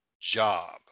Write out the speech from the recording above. job